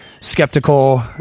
skeptical